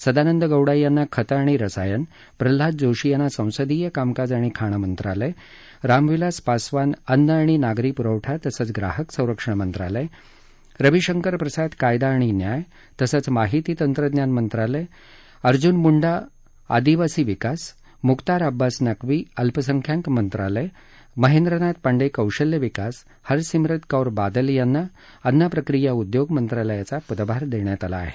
सदानंद गौडा यांना खतं आणि रसायन प्रल्हाद जोशी यांना संसदीय कामकाज आणि खाण मंत्रालय रामविलास पासवान अन्न आणि नागरी पुरवठा तसंच ग्राहक संरक्षण मंत्रालय रविशंकर प्रसाद कायदा आणि न्याय तसंच माहिती तंत्रज्ञान मंत्रालय अर्जुन मुंडा आदिवासी विकास मुक्तार अब्बास नख्वी अल्पसंख्याक मंत्रालय महेंद्रनाथ पांडे कौशल्य विकास हरसिमरत कौर बादल यांना अन्नप्रक्रिया उद्योग मंत्रालयाचा पदभार देण्यात आला आहे